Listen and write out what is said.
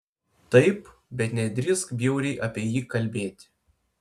taip bet nedrįsk bjauriai apie jį kalbėti